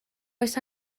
oes